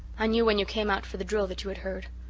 i knew when you came out for the drill that you had heard.